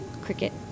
cricket